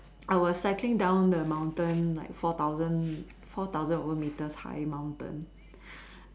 I was cycling down the mountain like four thousand four thousand over metres high mountain